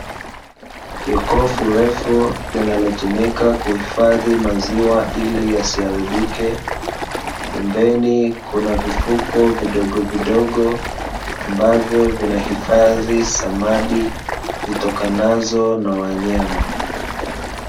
Jokofu refu linalotumika kuhifadhi maziwa ili yasiharibike, pembeni kuna vifuko vidogovidogo ambavyo vinahifadhi samadi zitokanazo na wanyama.